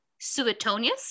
Suetonius